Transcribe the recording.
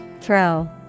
Throw